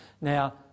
Now